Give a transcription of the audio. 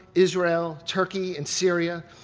israel, turkey, and syria.